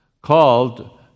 called